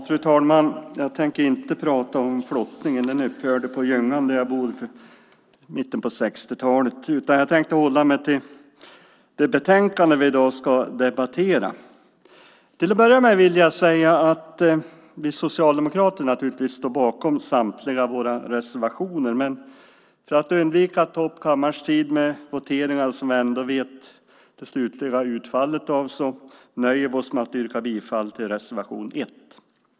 Fru talman! Jag tänker inte tala om flottningen. Den upphörde på Ljungan i mina hemtrakter i mitten av 60-talet. I stället tänkte jag hålla mig till det betänkande vi i dag ska debattera. Till att börja med vill jag säga att vi socialdemokrater naturligtvis står bakom samtliga våra reservationer, men för att undvika att ta upp kammarens tid med voteringar som vi vet det slutliga utfallet av nöjer vi oss med att yrka bifall till reservation 1.